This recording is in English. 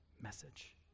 message